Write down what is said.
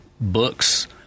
books